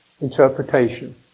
interpretation